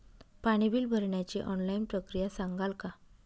पाणी बिल भरण्याची ऑनलाईन प्रक्रिया सांगाल का?